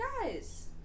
guys